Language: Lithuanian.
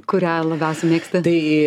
kurią labiausiai mėgsti tai